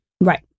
Right